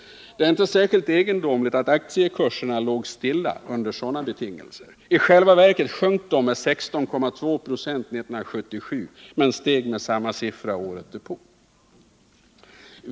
Det är inte särskilt egendomligt att aktiekurserna låg stilla under sådana betingelser; i själva verket sjönk de med 16,2 20 1977 men steg med samma siffra året därpå.